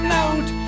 out